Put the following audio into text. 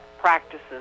practices